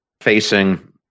facing